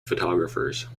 photographers